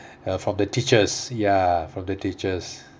uh from the teachers ya from the teachers